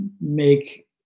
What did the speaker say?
make